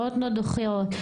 לא נותנות דוחות?